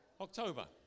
October